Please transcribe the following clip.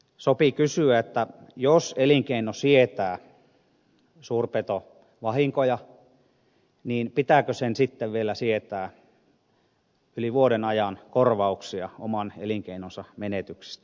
sopii kysyä että jos elinkeino sietää suurpetovahinkoja niin pitääkö sen sitten vielä sietää yli vuoden ajan korvauksia oman elinkeinonsa menetyksistä